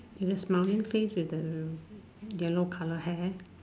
is a smiling face with the yellow colour hair